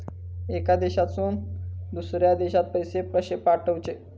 एका देशातून दुसऱ्या देशात पैसे कशे पाठवचे?